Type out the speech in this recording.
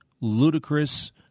ludicrous